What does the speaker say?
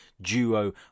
duo